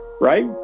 right